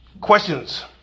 Questions